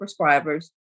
prescribers